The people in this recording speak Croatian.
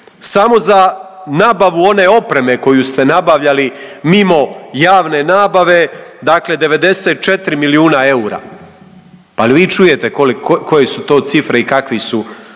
Samo za nabavu one opreme koju ste nabavljali mimo javne nabave dakle 94 milijuna eura, pa jel vi čujete koje su to cifre i kakvi su